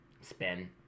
spin